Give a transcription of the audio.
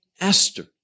Esther